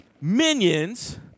minions